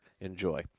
Enjoy